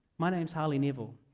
my name's harley neville,